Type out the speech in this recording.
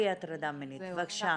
בבקשה.